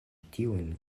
tiujn